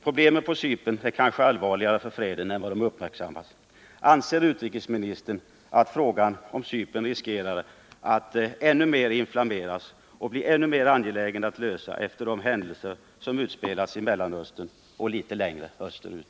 Problemen på Cypern är kanske allvarligare för freden än vad som uppmärksammats. Anser utrikesministern att frågan om Cypern riskerar att ännu mer inflammeras och att den blir ännu mer angelägen att lösa efter de händelser som utspelas i Mellanöstern och litet längre österut?